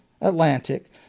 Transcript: Atlantic